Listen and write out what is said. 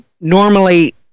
normally